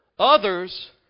Others